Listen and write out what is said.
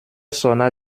sonna